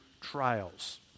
trials